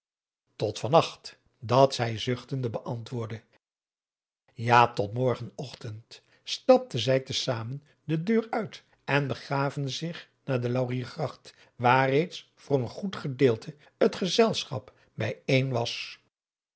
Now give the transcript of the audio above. tot van nacht dat zij zuchtende beantwoordde ja tot morgen ochtend stapten zij te zamen de deur uit en begaven zich naar de lauriergracht waar reeds voor een goed gedeelte het gezelschap bij een was